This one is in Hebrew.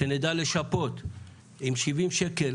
שנדע לשפות, 70 שקל